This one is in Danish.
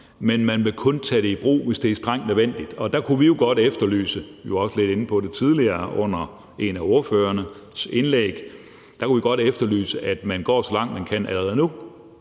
men man vil kun tage det i brug, hvis det er strengt nødvendigt. Der kunne vi jo godt efterlyse – vi var også lidt inde på det tidligere i forbindelse med et af ordførernes indlæg – at man går så langt, man kan, allerede nu.